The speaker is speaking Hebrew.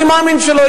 אני מאמין שלא.